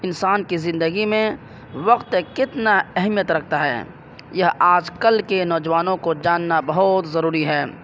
انسان کے زندگی میں وقت کتنا اہمیت رکھتا ہے یہ آج کل کے نوجوانوں کو جاننا بہت ضروری ہے